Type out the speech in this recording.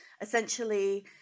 essentially